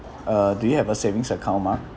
uh do you have a savings account mark